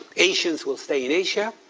asians will stay in asia.